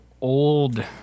old